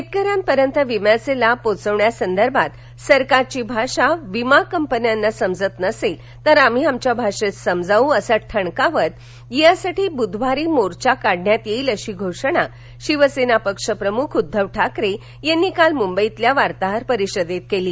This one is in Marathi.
शेतकऱ्यांपर्यंत विम्याचे लाभ पोहोचवण्यासंदर्भात सरकारची भाषा वीमा कंपन्यांना समजत नसेल तर आम्ही आमच्या भाषेत समजावू असं ठणकावत यासाठी बुधवारी मोर्चा काढण्यात येईल अशी घोषणा शिवसेना पक्षप्रमुख उद्दव ठाकरे यांनी काल मुंबईतल्या वार्ताहर परिषदेत केली